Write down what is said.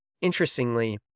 Interestingly